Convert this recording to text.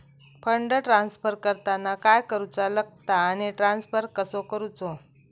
Fund transfer करताना काय करुचा लगता आनी ट्रान्स्फर कसो करूचो?